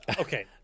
Okay